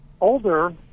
older